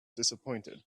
disappointed